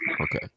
Okay